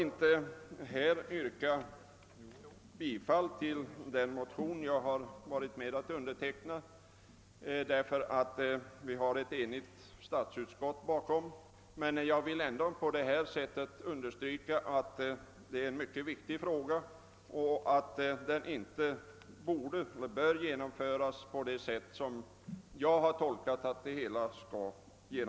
Eftersom ett enhälligt statsutskoit står bakom utlåtandet, skall jag inte nu yrka bifall till den motion, som jag varit med om att underteckna. Jag vill emellertid ändå understryka att det gäller en mycket viktig fråga som inte bör lösas på det sätt som föreslås i propositionen.